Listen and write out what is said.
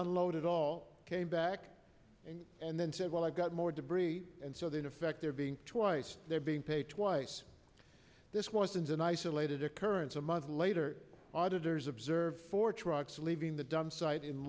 unload it all came back and then said well i've got more debris and so they in effect they're being twice they're being paid twice this was an isolated occurrence a month later auditors observed four trucks leaving the dump site in